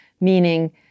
meaning